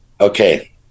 Okay